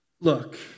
look